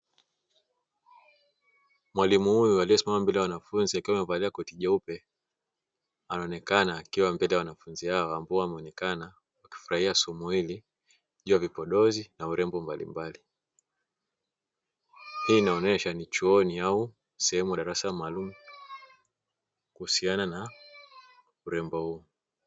Mwalimu huyu aliyesimama mbele ya wanafunzi akiwa amevalia koti jeupe anaonekana akiwa mbele ya wanafunzi hao ambao wanaonekana kufurahia somo hili juu ya vipodozi na urembo mbalimbali. Hii inaonyesha ni chuoni au darasa maalumu kuhusiana na urembo huu.